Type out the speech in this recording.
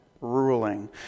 ruling